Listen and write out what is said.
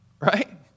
Right